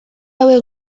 hauek